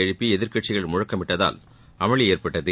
எழுப்பி எதிர்க்கட்சிகள் முழக்கமிட்டதால் அமளி ஏற்பட்டது